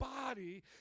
body